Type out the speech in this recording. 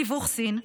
בתיווך סין,